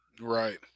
Right